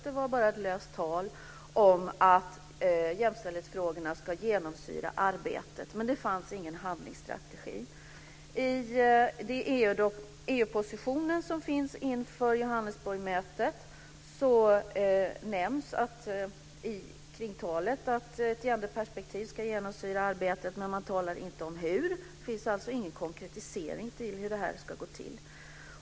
Det var bara ett löst tal om att jämställdhetsfrågorna ska genomsyra arbetet. Det fanns ingen handlingsstrategi. I EU-positionen som finns inför Johannesburgsmötet nämns att ett gender-perspektiv ska genomsyra arbetet, men man talar inte om hur. Det finns ingen konkretisering av hur det ska gå till.